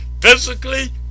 physically